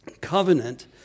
covenant